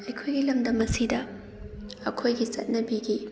ꯑꯩꯈꯣꯏꯒꯤ ꯂꯝꯗꯝ ꯑꯁꯤꯗ ꯑꯩꯈꯣꯏꯒꯤ ꯆꯠꯅꯕꯤꯒꯤ